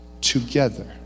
together